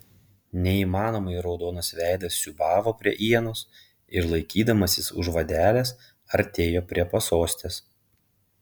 neįmanomai raudonas veidas siūbavo prie ienos ir laikydamasis už vadelės artėjo prie pasostės